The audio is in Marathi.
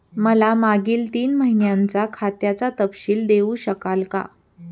मला मागील तीन महिन्यांचा खात्याचा तपशील देऊ शकाल का?